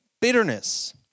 bitterness